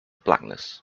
blackness